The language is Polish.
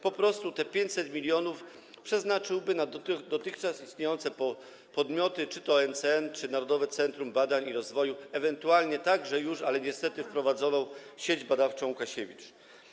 Po prostu te 500 mln przeznaczyłby na dotychczas istniejące podmioty, czy to NCN, czy Narodowe Centrum Badań i Rozwoju, ewentualnie także już niestety wprowadzoną Sieć Badawczą Łukasiewicz.